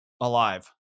Alive